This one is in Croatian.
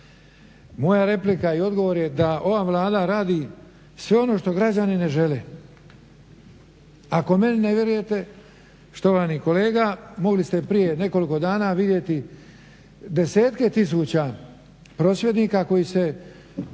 Moja replika i odgovor je da ova Vlada radi sve ono što građani ne žele. Ako meni ne vjerujete štovani kolega mogli ste prije nekoliko dana vidjeti desetke tisuća prosvjednika koji su